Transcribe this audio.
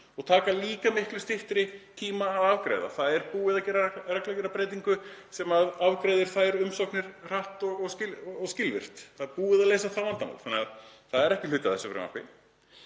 og tekur líka miklu styttri tíma að afgreiða. Það er búið að gera reglugerðarbreytingu sem afgreiðir þær umsóknir hratt og skilvirkt. Það er búið að leysa það vandamál, þannig að það er ekki hluti af þessu frumvarpi.